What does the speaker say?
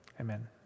amen